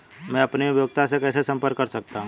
मैं अपनी उपयोगिता से कैसे संपर्क कर सकता हूँ?